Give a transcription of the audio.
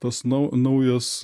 tas nau naujas